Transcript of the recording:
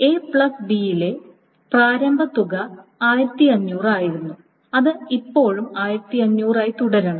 A B യിലെ പ്രാരംഭ തുക 1500 ആയിരുന്നു അത് ഇപ്പോഴും 1500 ആയി തുടരണം